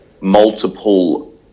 multiple